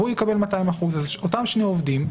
והוא יקבל 200%. אז אותם שני עובדים,